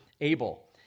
Abel